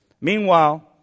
Meanwhile